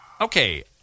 Okay